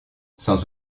sans